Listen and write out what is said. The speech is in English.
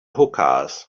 hookahs